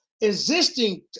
existing